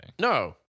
No